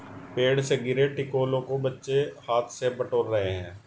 पेड़ से गिरे टिकोलों को बच्चे हाथ से बटोर रहे हैं